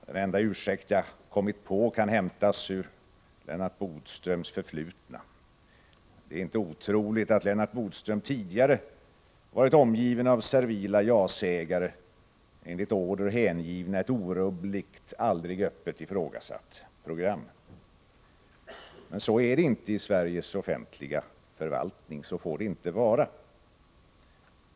Den enda ursäkt jag kommit på kan hämtas ur Lennart Bodströms förflutna. Det är inte otroligt att Lennart Bodström tidigare varit omgiven av servila ja-sägare, enligt order hängivna ett orubbligt aldrig öppet ifrågasatt program. Men så är det inte i Sveriges offentliga förvaltning, så får det inte vara.